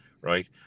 right